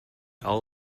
all